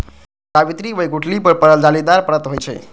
जावित्री ओहि गुठली पर पड़ल जालीदार परत होइ छै